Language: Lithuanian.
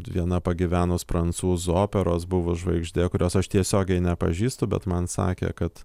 viena pagyvenus prancūzų operos buvus žvaigždė kurios aš tiesiogiai nepažįstu bet man sakė kad